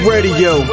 Radio